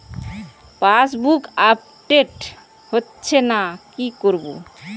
Passbook update হচ্ছেনা কি করবো?